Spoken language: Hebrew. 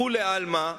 לכולי עלמא,